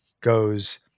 goes